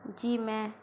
جی میں